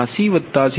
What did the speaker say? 36Pg1820